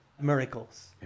miracles